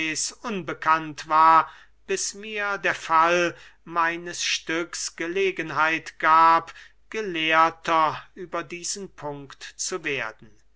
unbekannt war bis mir der fall meines stücks gelegenheit gab gelehrter über diesen punkt zu werden